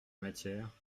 matière